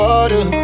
Water